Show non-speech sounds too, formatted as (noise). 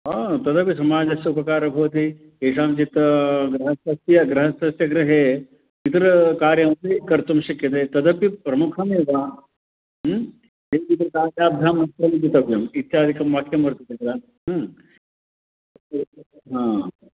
तदपि समाजस्य उपकारः भवति केषाञ्चित् गृहस्य गृहस्थस्य गृहे पितृकार्यमपि कर्तुं शक्यते तदपि प्रमुखमेव किञ्चित् (unintelligible) इत्यादिकं वाक्यं वर्तते तदा अस्तु